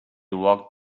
walk